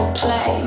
play